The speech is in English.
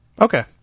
Okay